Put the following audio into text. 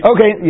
Okay